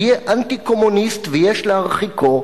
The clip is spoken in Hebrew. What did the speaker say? יהיה אנטי-קומוניסט ויש להרחיקו,